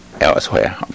elsewhere